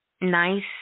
nice